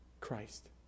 Christ